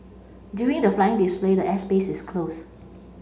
during the flying display the air space is closed